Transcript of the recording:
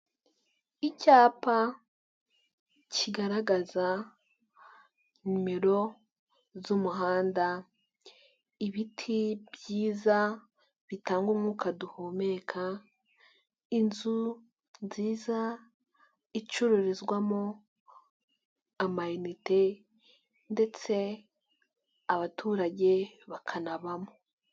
Icyapa kigaragaza nimero z'umuhanda, ibiti byiza bitanga umwuka duhumeka, inzu nziza icururizwamo amayinite ndetse abaturage bakanabamo.